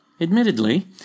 admittedly